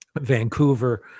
vancouver